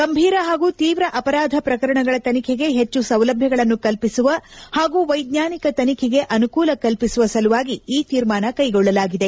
ಗಂಭೀರ ಹಾಗೂ ತೀವ್ರ ಅಪರಾಧ ಪ್ರಕರಣಗಳ ತನಿಖೆಗೆ ಹೆಚ್ಚು ಸೌಲಭ್ಯಗಳನ್ನು ಕಲ್ಪಿಸುವ ಹಾಗೂ ವೈಜ್ವಾನಿಕ ತನಿಖೆಗೆ ಅನುಕೂಲ ಕಲ್ಪಿಸುವ ಸಲುವಾಗಿ ಈ ತೀರ್ಮಾನ ಕೈಗೊಳ್ಲಲಾಗಿದೆ